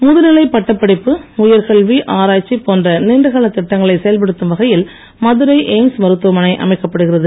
முதுநிலை பட்டப்படிப்பு உயர்கல்வி ஆராய்ச்சி போன்ற நீண்ட காலத் திட்டங்களை செயல்படுத்தும் வகையில் மதுரை எய்ம்ஸ் மருத்துவமனை அமைக்கப்படுகிறது